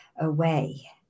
away